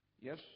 Yes